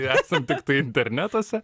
esam tiktai internetuose